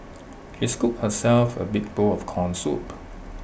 he scooped herself A big bowl of Corn Soup